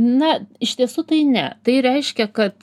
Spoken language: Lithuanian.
na iš tiesų tai ne tai reiškia kad